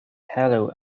hello